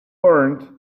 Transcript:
learned